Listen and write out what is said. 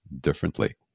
differently